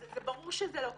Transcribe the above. זה ברור שזה לא קורה.